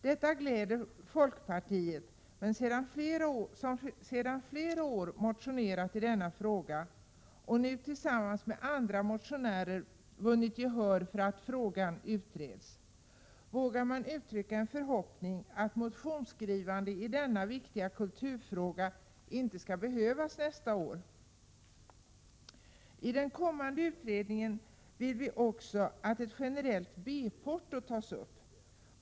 Detta gläder folkpartiet, som sedan flera år motionerat i denna fråga och som nu tillsammans med andra motionärer vunnit gehör för förslaget att frågan skall utredas. Vågar man uttrycka en förhoppning att motionsskrivande i denna viktiga kulturfråga inte skall behövas nästa år? I den kommande utredningen vill vi också att frågan om ett generellt B-porto tas upp.